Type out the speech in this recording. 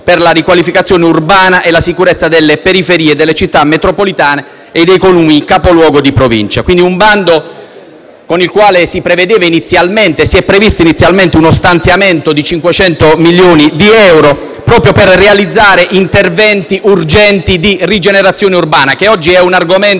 per la riqualificazione urbana e la sicurezza delle periferie delle Città metropolitane e dei Comuni capoluogo di Provincia. Con il bando si è previsto inizialmente uno stanziamento di 500 milioni di euro proprio per realizzare interventi urgenti di rigenerazione urbana, che oggi è un argomento